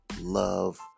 love